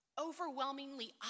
overwhelmingly